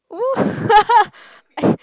!whoo!